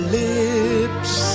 lips